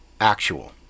actual